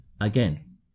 Again